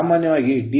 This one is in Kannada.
ಸಾಮಾನ್ಯವಾಗಿ D